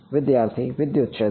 વિદ્યાર્થી વિદ્યુત ક્ષેત્ર